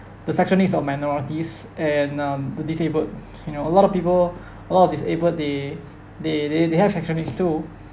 the sexual needs of minorities and um the disabled you know a lot of people a lot of disabled they they they they have sexual needs to